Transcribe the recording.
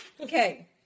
Okay